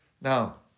Now